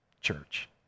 church